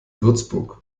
würzburg